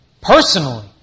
personally